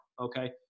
okay